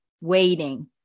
waiting